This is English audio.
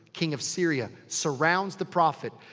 king of syria. surrounds the prophet.